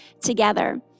together